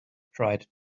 tried